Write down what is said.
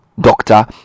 doctor